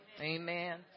Amen